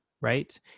right